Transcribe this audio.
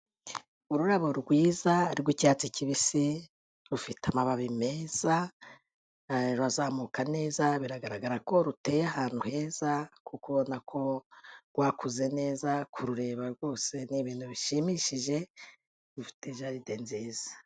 Ururabo rwiza rw'icyatsi kibisi, rufite amababi meza, urazamuka neza, biragaragara ko ruteye ahantu heza kuko urabona ko rwakuze neza, kurureba rwose ni ibintu bishimishije, rufite jaride nziza.